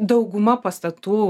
dauguma pastatų